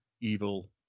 evil